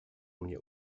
mnie